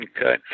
Okay